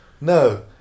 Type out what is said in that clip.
no